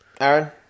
Aaron